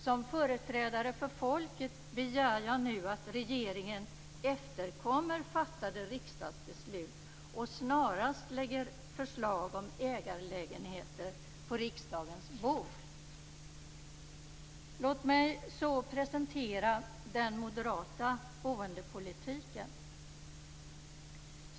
Som företrädare för folket begär jag nu att regeringen efterkommer fattade riksdagsbeslut och snarast lägger fram förslag om ägarlägenheter på riksdagens bord. Låt mig så presentera den moderata boendepolitiken.